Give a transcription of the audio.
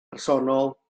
personol